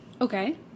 Okay